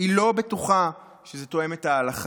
היא לא בטוחה שזה תואם את ההלכה,